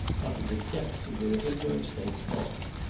out of the depths of their ignorance they talked.